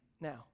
now